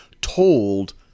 told